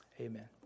Amen